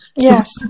Yes